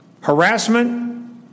harassment